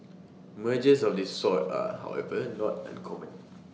mergers of this sort are however not uncommon